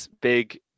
big